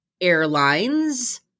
airlines